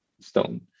stone